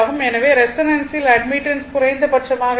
எனவே ரெஸோனான்சில் அட்மிட்டன்ஸ் குறைந்தபட்சமாக இருக்கும்